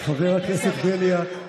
חבר הכנסת בליאק.